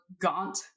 gaunt